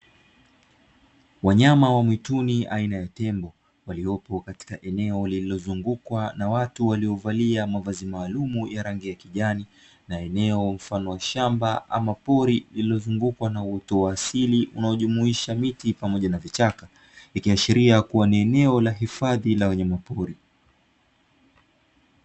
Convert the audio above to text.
Wanyama wa mwituni aina ya tembo waliopo katika eneo lililozungukwa na watu waliovalia mavazi maalumu ya rangi ya kijani, na eneo mfano wa shamba ama pori lililozungukwa kwa uoto wa asili unaojumuisha miti pamoja na vichaka, ikiashiria kuwa ni eneo la hifadhi la wanyama pori.